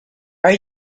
are